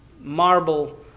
marble